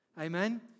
Amen